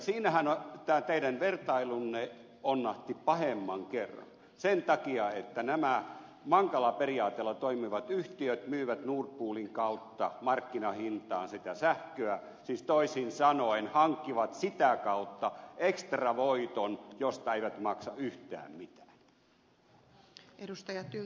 siinähän tämä teidän vertailunne onnahti pahemman kerran sen takia että nämä mankala periaatteella toimivat yhtiöt myyvät nord poolin kautta markkinahintaan sitä sähköä siis toisin sanoen hankkivat sitä kautta ekstravoiton josta eivät maksa yhtään mitään